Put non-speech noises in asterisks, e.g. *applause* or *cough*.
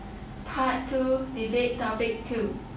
*noise* part two debate topic two